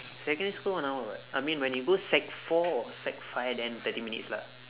secondary school one hour [what] I mean when you go sec four or sec five then thirty minutes lah